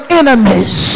enemies